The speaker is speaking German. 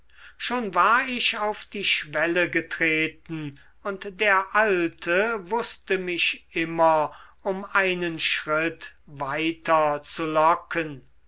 schon war ich auf die schwelle getreten und der alte wußte mich immer um einen schritt